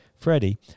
Freddie